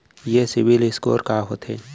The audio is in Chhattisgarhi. ये सिबील स्कोर का होथे?